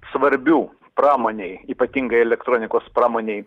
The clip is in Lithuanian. svarbių pramonei ypatingai elektronikos pramonei